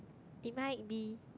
it might be